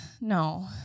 No